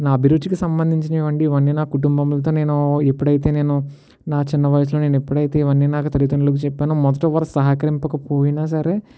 నా అభిరుచికి సంబంధించినవండి ఇవన్నీ నా కుటుంబంతో నేను ఎప్పుడైతే నేను నా చిన్న వయసులో నేను ఎప్పుడైతే ఇవన్నీ నా తల్లిదండ్రులకి చెప్పానో మొదట వాళ్ళు సహకరింపకపోయినా సరే